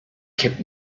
keep